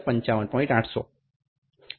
800 1